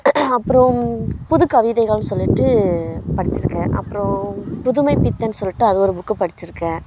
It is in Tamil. அப்புறம் புது கவிதைகள்னு சொல்லிவிட்டு படித்திருக்கேன் அப்புறம் புதுமைப்பித்தன்னு சொல்லிவிட்டு அது ஒரு புக்கு படித்திருக்கேன்